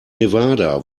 nevada